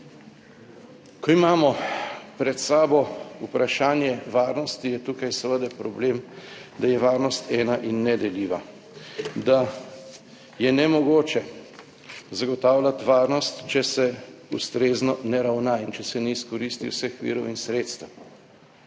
Ko imamo pred seboj vprašanje varnosti je tukaj seveda problem, da je varnost ena in nedeljiva. Da je nemogoče zagotavljati varnost, če se ustrezno ne ravna in če se ne izkoristi vseh virov in sredstev.